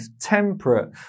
temperate